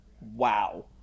Wow